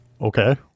Okay